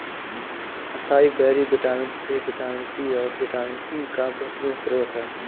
acai berry vitamin A, vitamin C, और vitamin E का बेहतरीन स्त्रोत है